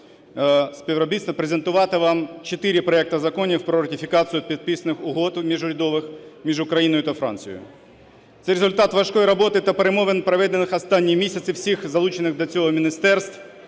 співробітництва презентувати вам чотири проекти законів про ратифікацію підписаних угод міжурядових між Україною та Францією. Це результат важкої роботи та перемовин, проведених останні місяці всіх залучених до цього міністерств